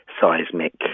seismic